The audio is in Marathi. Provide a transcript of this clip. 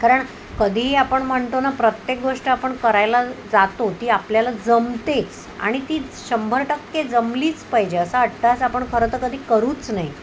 कारण कधीही आपण म्हणतो ना प्रत्येक गोष्ट आपण करायला जातो ती आपल्याला जमतेच आणि ती शंभर टक्के जमलीच पाहिजे असा अट्टाहास आपण खरं तर कधी करूच नये